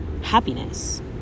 happiness